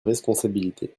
responsabilités